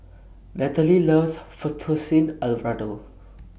Nataly loves Fettuccine Alfredo